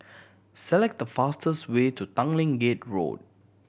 select the fastest way to Tanglin Gate Road